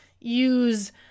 use